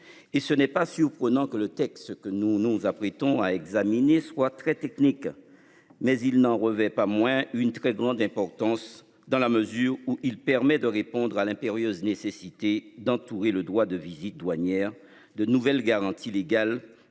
et ce n'est pas surprenant que le texte que nous nous apprêtons à examiner soit très technique mais il n'en revêt pas moins une très grande importance dans la mesure où il permet de répondre à l'impérieuse nécessité d'entourer le droit de visite douanières de nouvelles garanties légales